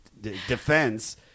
defense